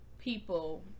people